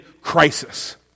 crisis